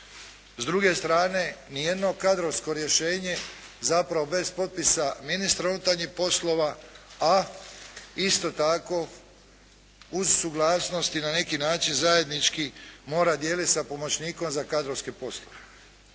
S druge strane niti jedno kadrovsko rješenje zapravo bez potpisa ministra unutarnjih poslova a isto tako uz suglasnosti i na neki način zajednički mora dijeliti sa pomoćnikom za kadrovske poslove.